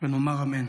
ונאמר אמן".